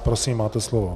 Prosím, máte slovo.